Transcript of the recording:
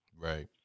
Right